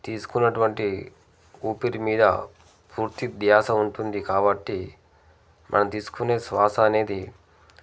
తీసుకున్నటువంటి ఊపిరి మీద పూర్తి ధ్యాస ఉంటుంది కాబట్టి మనం తీసుకునే శ్వాస అనేది